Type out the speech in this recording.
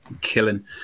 killing